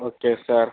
okay sir